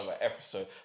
episode